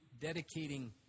dedicating